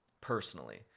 Personally